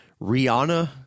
Rihanna